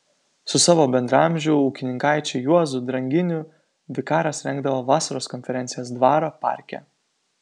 su savo bendraamžiu ūkininkaičiu juozu dranginiu vikaras rengdavo vasaros konferencijas dvaro parke